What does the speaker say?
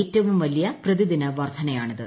ഏറ്റവും വലിയ പ്രതിദിന വർദ്ധനയാണ്ടിത്